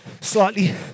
slightly